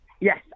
Yes